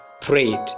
prayed